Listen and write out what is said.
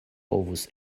povus